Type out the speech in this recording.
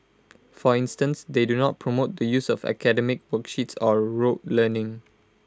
for instance they do not promote the use of academic worksheets or rote learning